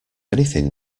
anything